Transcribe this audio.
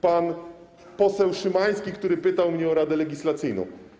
Pan poseł Szymański pytał mnie o Radę Legislacyjną.